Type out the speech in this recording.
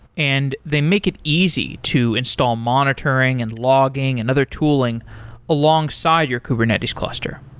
and they make it easy to install monitoring and logging and other tooling alongside your kubernetes cluster.